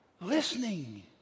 listening